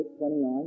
29